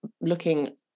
looking